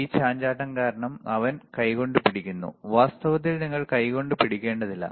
ഈ ചാഞ്ചാട്ടം കാരണം അവൻ കൈകൊണ്ട് പിടിക്കുന്നു വാസ്തവത്തിൽ നിങ്ങൾ കൈകൊണ്ട് പിടിക്കേണ്ടതില്ല